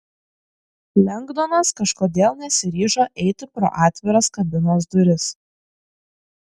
lengdonas kažkodėl nesiryžo eiti pro atviras kabinos duris